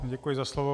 Děkuji za slovo.